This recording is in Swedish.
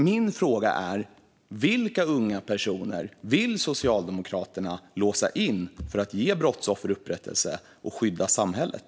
Min fråga är: Vilka unga personer vill Socialdemokraterna låsa in för att ge brottsoffer upprättelse och skydda samhället?